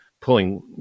pulling